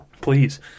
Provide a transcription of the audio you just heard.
Please